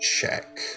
check